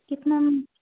कितना है